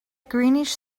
greenish